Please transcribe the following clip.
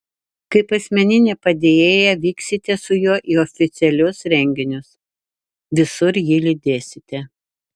kaip asmeninė padėjėja vyksite su juo į oficialius renginius visur jį lydėsite